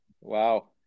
wow